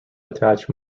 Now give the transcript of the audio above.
attach